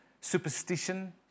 superstition